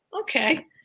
okay